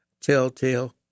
telltale